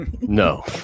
No